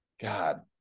god